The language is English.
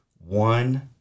one